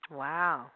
wow